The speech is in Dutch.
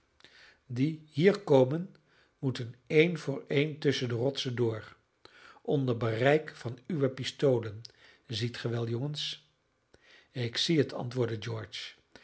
die hier komen moeten een voor een tusschen de rotsen door onder bereik van uwe pistolen ziet ge wel jongens ik zie het antwoordde george